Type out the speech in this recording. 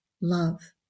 love